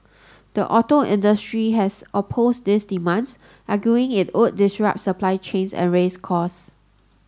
the auto industry has opposed these demands arguing it would disrupt supply chains and raise costs